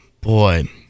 boy